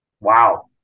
wow